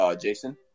Jason